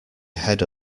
head